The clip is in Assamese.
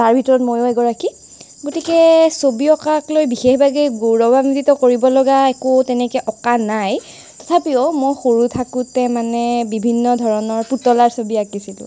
তাৰ ভিতৰত ময়ো এগৰাকী গতিকে ছবি অঁকাক লৈ বিশেষভাৱে গৌৰৱান্বিত কৰিবলগীয়া একো তেনেকৈ অঁকা নাই তথাপিও মই সৰু থাকোঁতে মানে বিভিন্ন ধৰণৰ পুতলাৰ ছবি আঁকিছিলোঁ